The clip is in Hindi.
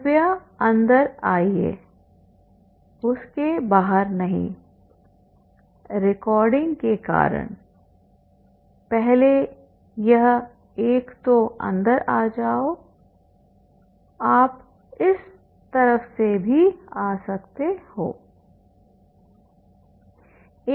कृपया अंदर आइएउसके बाहर नहीं रिकॉर्डिंग के कारण पहले यह एक तो अंदर आ जाओआप इस तरफ भी आ सकते हैं